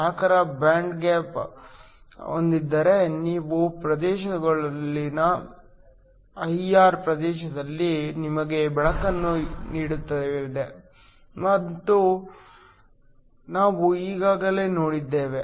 4 ರ band gap ಹೊಂದಿದ್ದರೆ ನೀಲಿ ಪ್ರದೇಶದೊಳಗಿನ ಐಆರ್ ಪ್ರದೇಶದಲ್ಲಿ ನಿಮಗೆ ಬೆಳಕನ್ನು ನೀಡುತ್ತದೆ ಎಂದು ನಾವು ಈಗಾಗಲೇ ನೋಡಿದ್ದೇವೆ